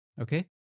okay